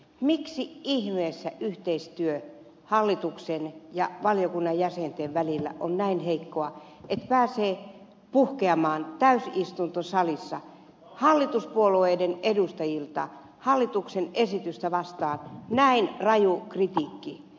miksi ihmeessä yhteistyö hallituksen ja valiokunnan jäsenten välillä on näin heikkoa että pääsee puhkeamaan täysistuntosalissa hallituspuolueiden edustajilta hallituksen esitystä vastaan näin raju kritiikki